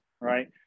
right